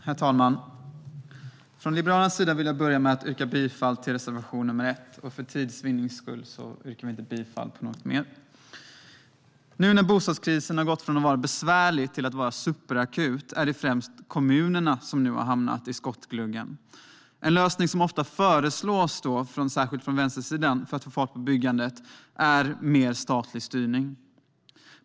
Herr talman! Från Liberalernas sida vill jag börja med att yrka bifall till reservation nr 1. För tids vinnande yrkar jag inte bifall till något mer. Nu när bostadskrisen har gått från att vara besvärlig till att vara superakut är det främst kommunerna som har hamnat i skottgluggen. En lösning som ofta föreslås, särskilt från vänstersidan, för att få fart på byggandet är mer statlig styrning.